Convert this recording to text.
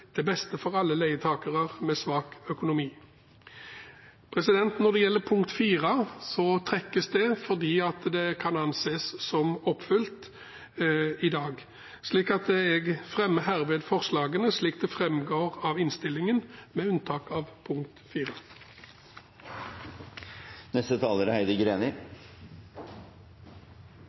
beste for alle leietakere med svak økonomi. Når det gjelder forslag nr. 4, trekkes det, fordi det kan anses som oppfylt i dag. Jeg fremmer herved forslagene nr. 1–5 slik det framgår av innstillingen, med unntak av